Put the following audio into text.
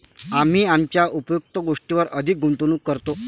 आम्ही आमच्या उपयुक्त गोष्टींवर अधिक गुंतवणूक करतो